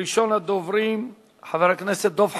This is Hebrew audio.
ראשון הדוברים, חבר הכנסת דב חנין,